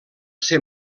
ser